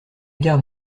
garde